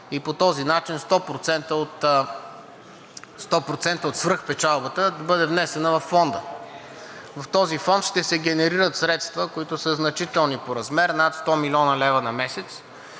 и по този начин 100% от свръхпечалбата да бъде внесена във Фонда. В този фонд ще се генерират средства, които са значителни по размер – над 100 млн. лв. на месец,